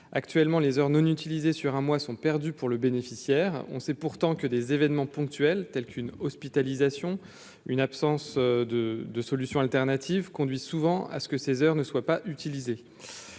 actuellement les heures non utilisés sur un mois, sont perdus pour le bénéficiaire, on sait pourtant que des événements ponctuels tels qu'une hospitalisation, une absence de solution alternative conduit souvent à ce que ces heures ne soit pas utilisé